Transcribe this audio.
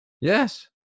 Yes